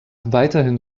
weiterhin